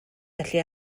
gallu